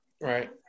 Right